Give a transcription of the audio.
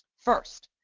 first,